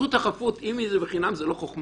זכות החפות, אם היא חינם זה לא חכמה.